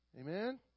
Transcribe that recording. amen